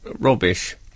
rubbish